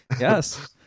Yes